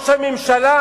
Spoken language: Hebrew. אל יתהלל חוגר כמפתח.